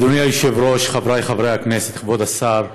אדוני היושב-ראש, חבריי חברי הכנסת, כבוד השר,